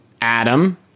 Adam